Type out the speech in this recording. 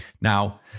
Now